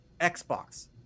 Xbox